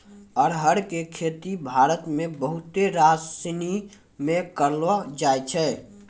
अरहर के खेती भारत मे बहुते राज्यसनी मे करलो जाय छै